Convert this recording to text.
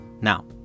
Now